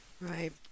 Right